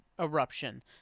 eruption